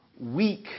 weak